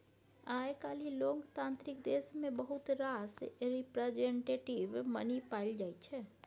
आइ काल्हि लोकतांत्रिक देश मे बहुत रास रिप्रजेंटेटिव मनी पाएल जाइ छै